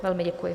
Velmi děkuji.